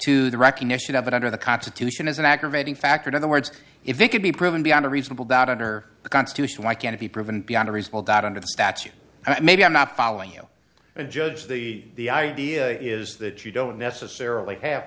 to the recognition of it under the constitution as an aggravating factor in other words if it could be proven beyond a reasonable doubt under the constitution why can it be proven beyond a reasonable doubt under the statute and maybe i'm not following you and judge the idea is that you don't necessarily have